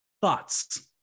Thoughts